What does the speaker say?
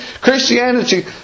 Christianity